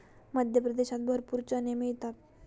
मध्य प्रदेशात भरपूर चणे मिळतात